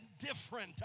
different